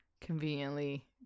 conveniently